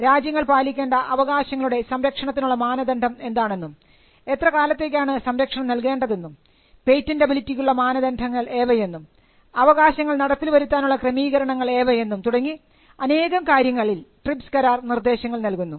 രാജ്യങ്ങൾ പാലിക്കേണ്ട അവകാശങ്ങളുടെ സംരക്ഷണത്തിനുള്ള മാനദണ്ഡം എന്താണെന്നും എത്ര കാലത്തേക്കാണ് സംരക്ഷണം നൽകേണ്ടതെന്നും പേറ്റന്റബിലിറ്റിക്കുള്ള മാനദണ്ഡങ്ങൾ ഏവയെന്നും അവകാശങ്ങൾ നടപ്പിൽ വരുത്താനുള്ള ക്രമീകരണങ്ങൾ ഏവയെന്നും തുടങ്ങി അനേകം കാര്യങ്ങളിൽ ട്രിപ്സ് കരാർ നിർദ്ദേശങ്ങൾ നൽകുന്നു